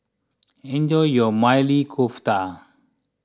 enjoy your Maili Kofta